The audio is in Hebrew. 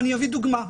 אני אביא דוגמה.